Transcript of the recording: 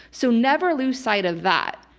so never lose sight of that.